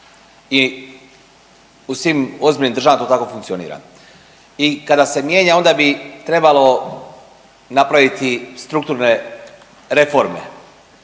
i u svim ozbiljnim državama to tako funkcionira i kada se mijenja onda bi trebalo napraviti strukturne reforme.